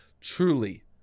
Truly